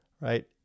right